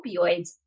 opioids